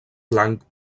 blanc